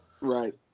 Right